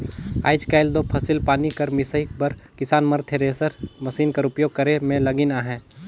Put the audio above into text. आएज काएल दो फसिल पानी कर मिसई बर किसान मन थेरेसर मसीन कर उपियोग करे मे लगिन अहे